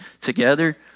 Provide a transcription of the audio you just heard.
together